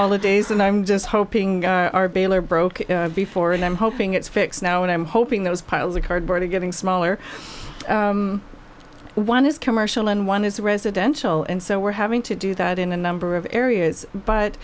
it days and i'm just hoping broke before and i'm hoping it's fixed now and i'm hoping those piles of cardboard are getting smaller one is commercial and one is residential and so we're having to do that in a number of areas but